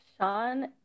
Sean